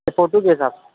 کہ فوٹو کے حساب